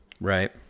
Right